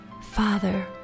Father